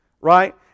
right